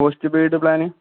post planning